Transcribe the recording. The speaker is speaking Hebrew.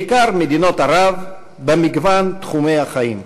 בעיקר מדינות ערב, במגוון תחומי החיים.